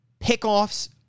Pickoffs